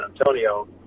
Antonio